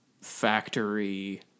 factory